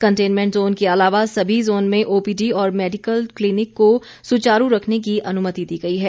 containment zone के अलावा सभी जोन में ओपीडी और मेडिकल क्लिनिक को सुचारू रखने की अनुमति दी गई है